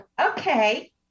okay